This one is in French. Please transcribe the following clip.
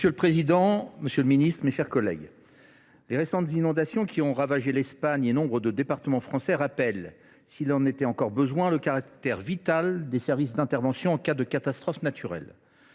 Monsieur le président, monsieur le ministre, mes chers collègues, les récentes inondations qui ont ravagé l’Espagne et nombre de départements français rappellent, s’il en était encore besoin, le caractère vital des services d’intervention en cas de catastrophe naturelle.